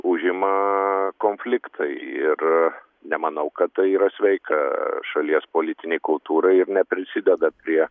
užima konfliktai ir nemanau kad tai yra sveika šalies politinei kultūrai ir neprisideda prie